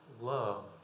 love